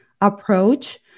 approach